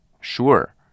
sure